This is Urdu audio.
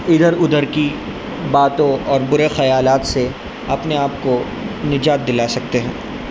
ادھر ادھر کی باتوں اور برے خیالات سے اپنے آپ کو نجات دلا سکتے ہیں